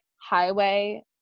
highway